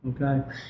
okay